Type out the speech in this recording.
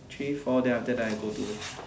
three four than after that I go to